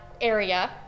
area